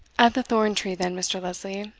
at the thorn-tree, then, mr. lesley,